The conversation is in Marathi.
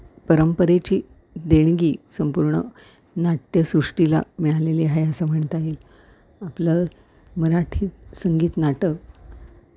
परंपरेची देणगी संपूर्ण नाट्यसृष्टीला मिळालेली आहे असं म्हणता येईल आपलं मराठीत संगीत नाटक